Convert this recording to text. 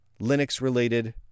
Linux-related